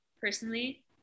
personally